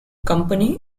company